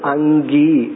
Angi